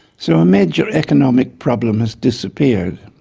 so a major economic problem has disappeared.